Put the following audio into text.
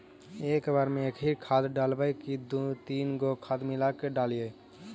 एक बार मे एकही खाद डालबय की दू तीन गो खाद मिला के डालीय?